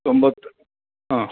ತೊಂಬತ್ತು ಹಾಂ